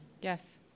Yes